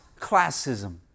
classism